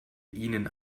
ihnen